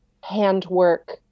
handwork